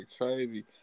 crazy